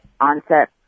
onset